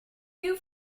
you